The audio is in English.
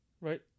Right